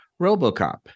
Robocop